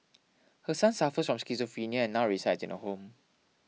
her son suffers on schizophrenia and now resides in a home